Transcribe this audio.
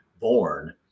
born